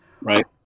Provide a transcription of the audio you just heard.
Right